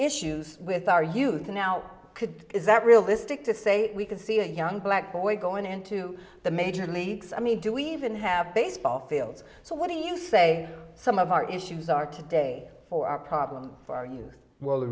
issues with our youth now could is that realistic to say we could see a young black boy going into the major leagues i mean do we even have baseball fields so what do you say some of our issues are today for our problems for our youth well the